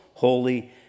Holy